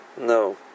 No